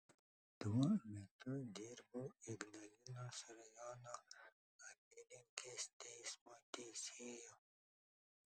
tuo metu dirbau ignalinos rajono apylinkės teismo teisėju